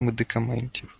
медикаментів